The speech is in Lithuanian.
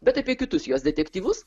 bet apie kitus jos detektyvus